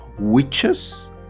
witches